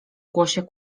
głosie